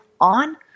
on